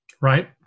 Right